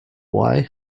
why